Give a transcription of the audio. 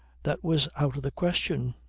that was out of the question.